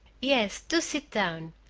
yes, do sit down,